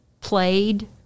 played